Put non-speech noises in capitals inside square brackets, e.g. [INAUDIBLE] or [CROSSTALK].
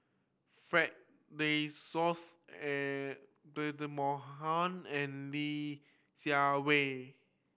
Fred De Souza and [UNINTELLIGIBLE] Mohamad and Li Jiawei